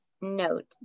note